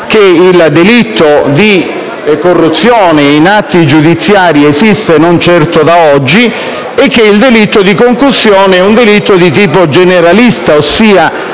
che il delitto di corruzione in atti giudiziari esiste non certo da oggi e che il delitto di concussione è un delitto di tipo generalista. Ossia,